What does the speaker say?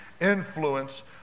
influence